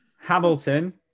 Hamilton